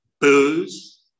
booze